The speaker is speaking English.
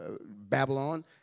Babylon